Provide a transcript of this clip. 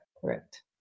Correct